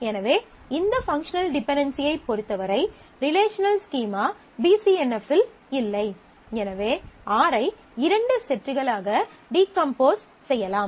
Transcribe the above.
எனவே இந்த பங்க்ஷனல் டிபென்டென்சியைப் பொறுத்தவரை relational schema B C N F இல் இல்லை எனவே R ஐ இரண்டு செட்டுகளாக டீகம்போஸ் செய்யலாம்